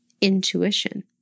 intuition